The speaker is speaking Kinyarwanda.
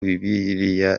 bibiliya